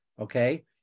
Okay